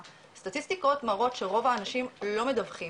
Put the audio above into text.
שהסטטיסטיקות מראות שרוב האנשים לא מדווחים,